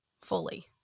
fully